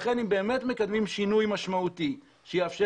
לכן אם באמת מקדמים שינוי משמעותי שיאפשר